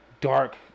dark